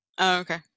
okay